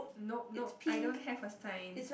nope nope I don't have a sign